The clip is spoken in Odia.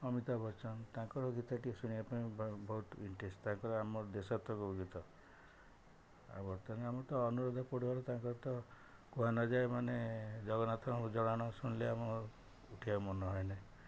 ଅମିତା ବଚ୍ଚନ ତାଙ୍କର ଗୀତ ଟିକେ ଶୁଣିବା ପାଇଁ ବହୁତ ଇଣ୍ଟରେଷ୍ଟ ତାଙ୍କର ଆମର ଦେଶାତ୍ମକ ଗୀତ ଆଉ ବର୍ତ୍ତମାନ ଆମର ତ ଅନୁରାଧା ପଢ଼ୁଆର ତାଙ୍କର ତ କୁହାଯାଏ ମାନେ ଜଗନ୍ନାଥ ଜଣାଣ ଶୁଣିଲେ ଆମ ଉଠିଆକୁ ମନ ହୁଏନାହିଁ